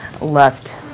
left